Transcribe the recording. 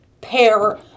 pair